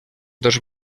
dos